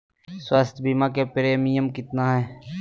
स्वास्थ बीमा के प्रिमियम कितना है?